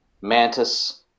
Mantis